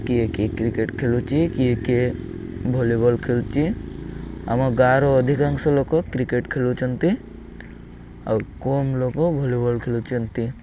କିଏ କିଏ କ୍ରିକେଟ୍ ଖେଳୁଛି କିଏ କିଏ ଭଲି ବଲ୍ ଖେଳୁଛି ଆମ ଗାଁର ଅଧିକାଂଶ ଲୋକ କ୍ରିକେଟ୍ ଖେଳୁଛନ୍ତି ଆଉ କମ୍ ଲୋକ ଭଲି ବଲ୍ ଖେଳୁଛନ୍ତି